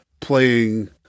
Playing